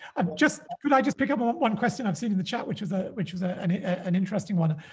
i've just could i just pick up um one question i've seen the chat which was a which was ah an an interesting one